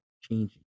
changing